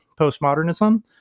postmodernism